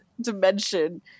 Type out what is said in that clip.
dimension